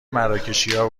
مراکشیا